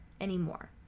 anymore